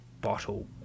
bottle